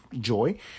joy